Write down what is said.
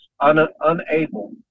unable